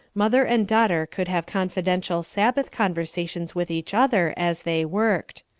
mother and daughter could have confidential sabbath conversations with each other as they worked.